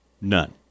None